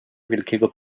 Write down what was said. wielkiego